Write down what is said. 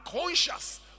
conscious